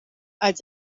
als